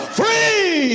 free